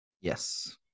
Yes